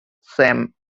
sam